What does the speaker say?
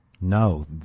No